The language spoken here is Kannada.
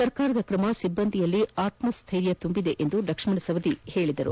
ಸರ್ಕಾಂದ ಕ್ರಮ ಸಿಬ್ಬಂದಿಯಲ್ಲಿ ಆತ್ಮಸ್ಟೈರ್ಯ ತುಂಬಿದೆ ಎಂದು ಲಕ್ಷ್ಮಣ ಸವದಿ ಹೇಳಿದರು